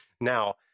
Now